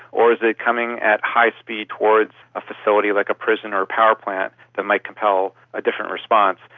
or is it coming at high speed towards a facility like a prison or a power plant that might compel a different response?